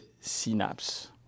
synapse